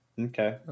okay